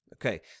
Okay